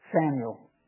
Samuel